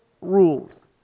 rules